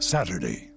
Saturday